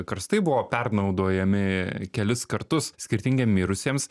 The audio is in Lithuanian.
karstai buvo pernaudojami kelis kartus skirtingiem mirusiems